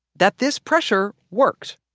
that this pressure worked.